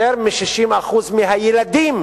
יותר מ-60% מהילדים